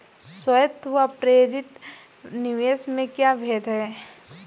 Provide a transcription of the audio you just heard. स्वायत्त व प्रेरित निवेश में क्या भेद है?